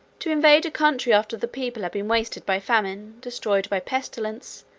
to invade a country after the people have been wasted by famine, destroyed by pestilence,